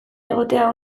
egotea